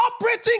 operating